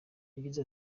yagize